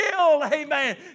Amen